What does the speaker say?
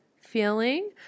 feeling